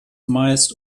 meist